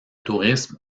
tourisme